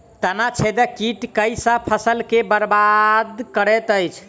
तना छेदक कीट केँ सँ फसल केँ बरबाद करैत अछि?